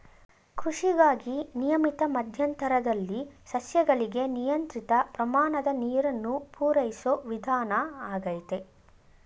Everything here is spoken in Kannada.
ಕೃಷಿಗಾಗಿ ನಿಯಮಿತ ಮಧ್ಯಂತರದಲ್ಲಿ ಸಸ್ಯಗಳಿಗೆ ನಿಯಂತ್ರಿತ ಪ್ರಮಾಣದ ನೀರನ್ನು ಪೂರೈಸೋ ವಿಧಾನ ಆಗೈತೆ